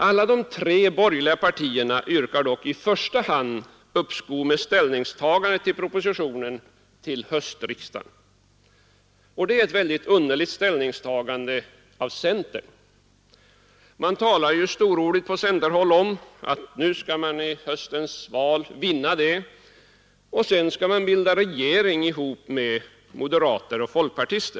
Alla de tre borgerliga partierna yrkar dock i första hand uppskov med ställningstagandet till propositionen till höstriksdagen. Detta är ett underligt ställningstagande av centern. Man talar ju storordigt på centerhåll om att man skall vinna valet i höst och sedan bilda regering tillsammans med folkpartiet och moderaterna.